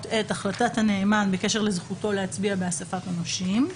את החלטת הנאמן בקשר לזכותו להצביע באסיפת הנושים.